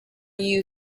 you